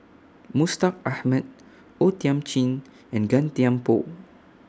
Mustaq Ahmad O Thiam Chin and Gan Thiam Poh